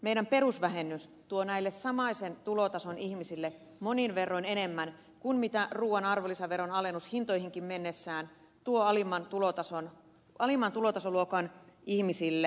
meidän perusvähennyksemme tuo näille samaisen tulotason ihmisille monin verroin enemmän kuin ruuan arvonlisäveron alennus hintoihinkin mennessään tuo alimman tulotasoluokan ihmisille